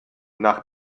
nach